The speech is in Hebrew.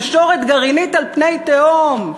נשורת גרעינית על פני תהום.